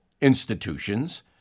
institutions